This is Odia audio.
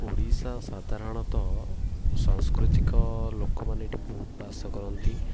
ଓଡ଼ିଶା ସାଧାରଣତଃ ସାଂସ୍କୃତିକ ଲୋକମାନେ ଏଠି ବହୁତ ବାସ କରନ୍ତି